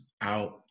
out